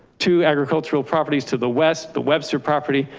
two agricultural properties to the west, the webster property,